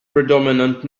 predominant